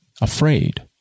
afraid